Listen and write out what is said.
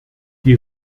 die